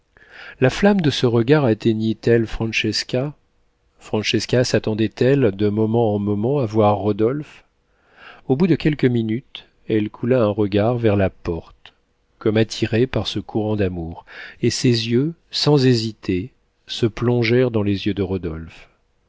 la flamme de ce regard atteignit elle francesca francesca sattendait elle de moment en moment à voir rodolphe au bout de quelques minutes elle coula un regard vers la porte comme attirée par ce courant d'amour et ses yeux sans hésiter se plongèrent dans les yeux de rodolphe